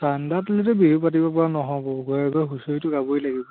চান্দা তুলিতো বিহু পাতিবপৰা নহ'ব ঘৰে ঘৰে গৈ হুঁচৰিটো গাবই লাগিব